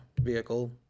vehicle